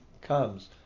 comes